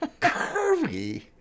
Curvy